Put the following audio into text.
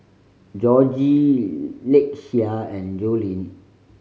Jorge Lakeshia and Jolene